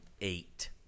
eight